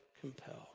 compel